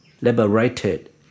liberated